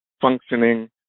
functioning